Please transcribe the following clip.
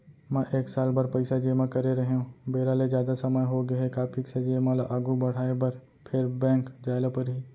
मैं एक साल बर पइसा जेमा करे रहेंव, बेरा ले जादा समय होगे हे का फिक्स जेमा ल आगू बढ़ाये बर फेर बैंक जाय ल परहि?